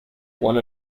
one